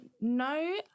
no